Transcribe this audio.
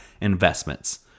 investments